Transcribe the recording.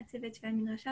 בזכות הצוות של המדרשה.